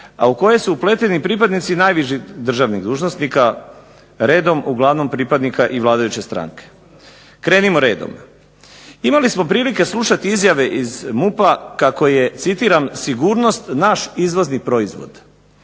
a u koje su upleteni i pripadnici najviših državnih dužnosnika redom uglavnom pripadnika i vladajuće stranke. Krenimo redom. Imali smo prilike slušati izjave iz MUP-a kako je citiram: "Sigurnost naš izvozni proizvod".